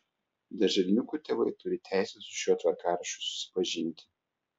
darželinukų tėvai turi teisę su šiuo tvarkaraščiu susipažinti